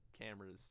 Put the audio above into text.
cameras